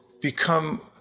become